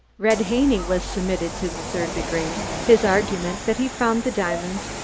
red haney was submitted to the third degree. his argument that he found the diamonds,